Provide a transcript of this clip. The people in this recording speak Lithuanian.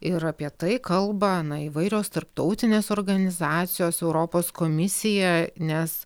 ir apie tai kalba na įvairios tarptautinės organizacijos europos komisija nes